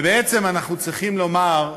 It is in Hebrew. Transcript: בעצם, אנחנו צריכים לומר,